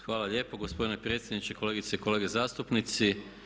Hvala lijepo gospodine predsjedniče, kolegice i kolege zastupnici.